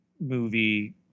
movie